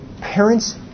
parents